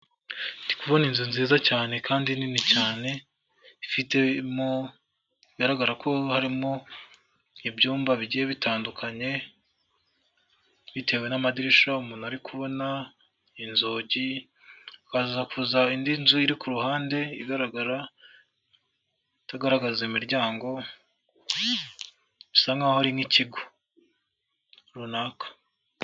Ndikubona inzu nziza cyane kandi nini cyane, ifitemo bigaragara ko harimo ibyumba bigiye bitandukanye bitewe n'amadirisha umuntu ari kubona, inzugi, hakaza kuza indi nzu iri ku ruhande igaragara itagaragaza imiryango, bisa nk'aho ari nk'ikigo runaka.